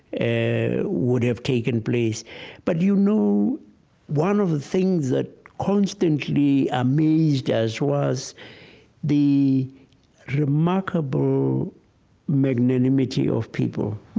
ah would have taken place but you know one of the things that constantly amazed us was the remarkable magnanimity of people.